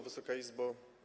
Wysoka Izbo!